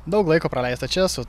daug laiko praleisto čia su